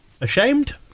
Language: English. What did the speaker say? Ashamed